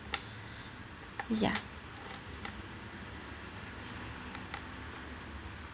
ya